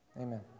Amen